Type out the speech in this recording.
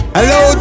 Hello